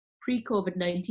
pre-COVID-19